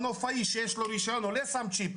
מנופאי שיש לו גישה עולה ושם את הצ'יפ,